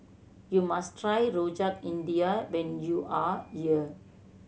you must try Rojak India when you are here